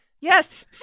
Yes